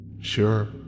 Sure